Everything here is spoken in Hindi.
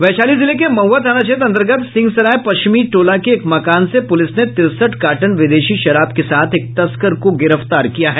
वैशाली जिले के महुआ थाना क्षेत्र अंतर्गत सिंहराय पश्चिमी टोला के एक मकान से पुलिस ने तिरसठ कार्टन विदेशी शराब के साथ एक तस्कर को गिरफ्तार किया है